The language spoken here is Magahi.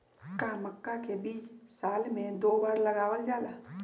का मक्का के बीज साल में दो बार लगावल जला?